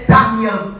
Daniel